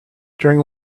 during